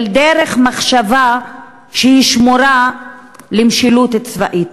של דרך מחשבה ששמורה למשילות צבאית.